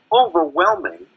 overwhelming